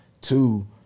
two